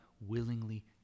willingly